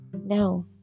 Now